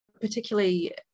particularly